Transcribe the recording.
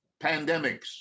pandemics